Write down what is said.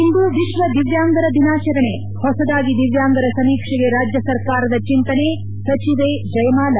ಇಂದು ವಿಶ್ವ ದಿವ್ಯಾಂಗರ ದಿನಾಚರಣೆ ಹೊಸದಾಗಿ ದಿವ್ಯಾಂಗರ ಸಮೀಕ್ಷೆಗೆ ರಾಜ್ಯ ಸರ್ಕಾರದ ಚಿಂತನೆ ಸಚಿವೆ ಜಯಮಾಲ